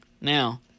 Now